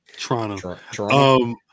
Toronto